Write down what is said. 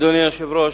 אדוני היושב-ראש,